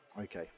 Okay